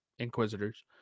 inquisitors